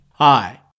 Hi